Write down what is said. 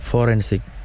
Forensic